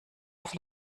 auf